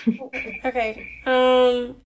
Okay